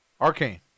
Arcane